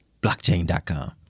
Blockchain.com